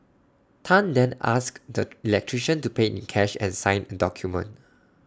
Tan then asked the electrician to pay in cash and sign A document